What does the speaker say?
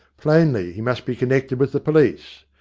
plainly he must be connected with the police.